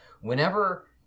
whenever